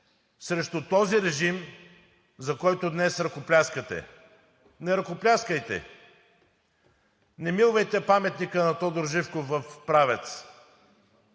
срещу този режим, за който днес ръкопляскате. Не ръкопляскайте. Не милвайте паметника на Тодор Живков в Правец.